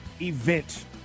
event